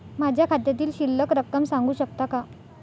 माझ्या खात्यातील शिल्लक रक्कम सांगू शकता का?